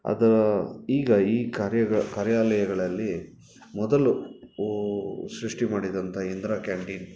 ಅದು ಈಗ ಈ ಕಾರ್ಯಗ ಕಾರ್ಯಾಲಯಗಳಲ್ಲಿ ಮೊದಲು ಸೃಷ್ಟಿ ಮಾಡಿದಂಥ ಇಂದಿರಾ ಕ್ಯಾಂಟಿನ್